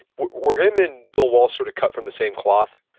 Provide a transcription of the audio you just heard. were him and bill walsh sort of cut from the same cloth?